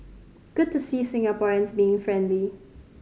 good to see Singaporeans being friendly